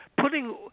putting